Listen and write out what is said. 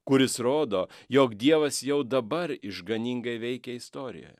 kuris rodo jog dievas jau dabar išganingai veikia istorijoje